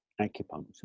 acupuncture